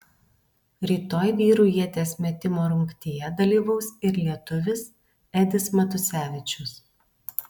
rytoj vyrų ieties metimo rungtyje dalyvaus ir lietuvis edis matusevičius